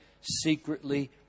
secretly